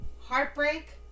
heartbreak